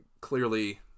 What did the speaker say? clearly